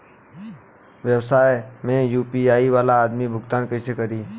व्यवसाय में यू.पी.आई वाला आदमी भुगतान कइसे करीं?